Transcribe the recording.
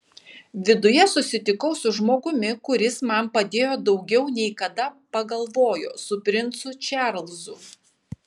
viduje susitikau su žmogumi kuris man padėjo daugiau nei kada pagalvojo su princu čarlzu